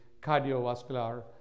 cardiovascular